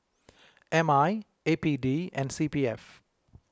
M I A P D and C P F